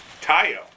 Tayo